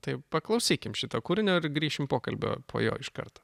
tai paklausykim šito kūrinio ir grįšim pokalbio po jo iš karto